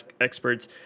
experts